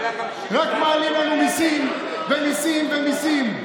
רק מעלים לנו מיסים ומיסים ומיסים.